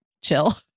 chill